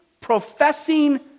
professing